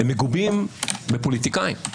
הם מגובים בפוליטיקאים.